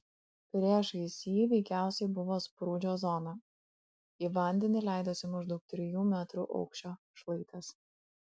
priešais jį veikiausiai buvo sprūdžio zona į vandenį leidosi maždaug trijų metrų aukščio šlaitas